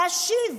להשיב,